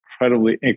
incredibly